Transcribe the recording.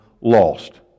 lost